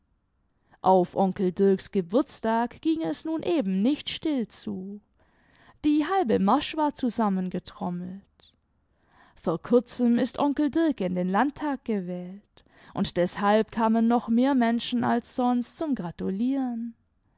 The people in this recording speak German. auf onkel dirks geburtstag ging es nun eben nicht still zu die haj e marsch war zusammengetrommelt vor kurzem ist onkel dirk in den landtag gewählt und deshalb kamen noch mehr menschen als sonst zum gratulieren